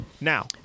Now